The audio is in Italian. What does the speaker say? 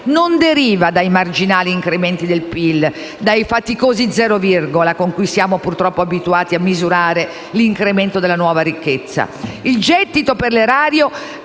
non deriva dai marginali incrementi del PIL, dai faticosi "zerovirgola" con cui ci siamo purtroppo abituati a misurare l'incremento della nuova ricchezza. Il gettito per l'erario